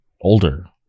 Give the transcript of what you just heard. older